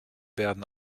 werden